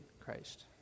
Christ